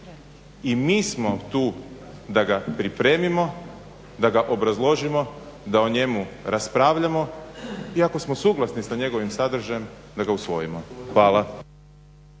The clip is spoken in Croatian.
I mi smo tu da ga pripremimo, da ga obrazložimo, da o njemu raspravljamo i ako smo suglasni sa njegovim sadržajem da ga usvojimo. Hvala.